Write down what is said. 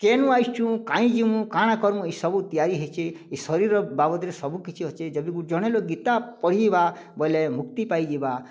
ଆମେ କେନୁ ଆଇଛୁଁ କାଇଁ ଯିମୁ କାଣା କରମୁଁ ଏଇସବୁ ତିଆରି ହେଇଛେ ଏ ଶରୀର ବାବଦରେ ସବୁ କିଛି ଅଛି ଯଦି ଜଣେ ଲୋକ ଗୀତା ପଢ଼ିବା ବୋଇଲେ ମୁକ୍ତି ପାଇଯିବା